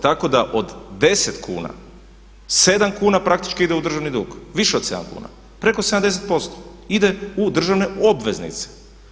Tako da od 10 kuna 7 kuna praktički ide u državni dug, više od 7 kuna, preko 70% ide u državne obveznice.